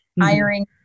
hiring